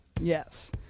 yes